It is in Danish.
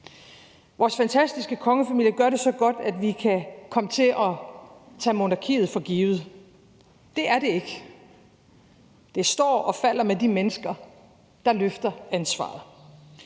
Vores fantastiske kongefamilie gør det så godt, at vi kan komme til at tage monarkiet for givet. Det er det ikke. Det står og falder med de mennesker, der løfter ansvaret,